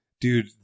dude